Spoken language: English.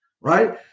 right